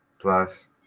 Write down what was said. plus